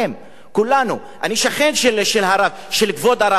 אני שכן של כבוד הרב, של הקבר שלו שם.